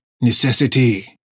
necessity